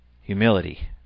Humility